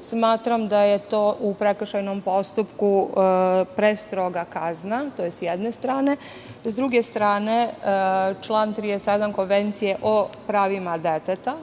Smatram da je to u prekršajnom postupku prestroga kazna, to je sa jedne strane. Sa druge strane, član 37. Konvencije o pravima deteta